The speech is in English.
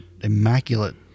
immaculate